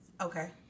okay